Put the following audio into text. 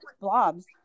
Blobs